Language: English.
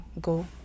go